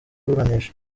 iburanisha